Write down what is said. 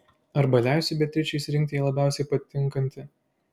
arba leisiu beatričei išsirinkti jai labiausiai patinkantį